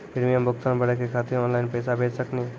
Premium भुगतान भरे के खातिर ऑनलाइन पैसा भेज सकनी?